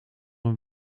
een